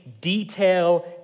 detail